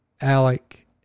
Alec